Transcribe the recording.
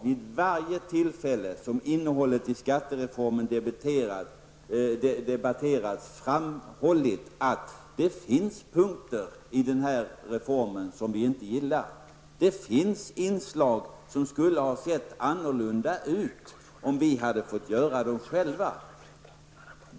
Vid varje tillfälle som innehållet i skattereformen har debatterats har jag framhållit att det finns punkter i den som vi inte gillar. Det finns inslag som skulle ha sett annorlunda ut om vi själva hade fått utforma dem.